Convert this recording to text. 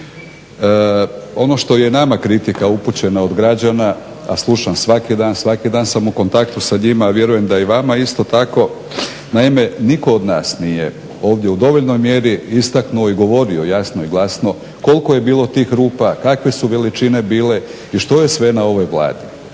Ono što je nama kritika upućena od građana a slušam svaki dan, svaki dan sam u kontaktu sa njima a vjerujem da je i vama isto tako. Naime, nitko od nas nije ovdje u dovoljnoj mjeri istaknuo i govorio jasno i glasno koliko je bilo tih rupa, kakve su veličine bile i što je sve na ovoj Vladi.